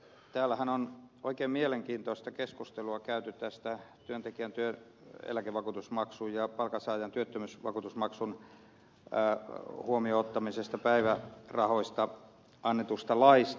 täällähän on oikein mielenkiintoista keskustelua käyty tästä työntekijän työeläkevakuutusmaksun ja palkansaajan työttömyysvakuutusmaksun huomioon ottamisesta päivärahoissa annetusta laista